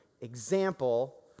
example